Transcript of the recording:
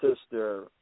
Sister